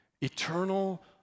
Eternal